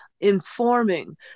informing